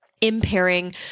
impairing